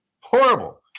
horrible